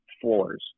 floors